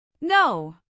No